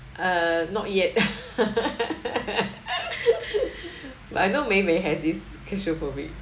err not yet but I know mei mei has this claustrophobic